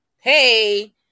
hey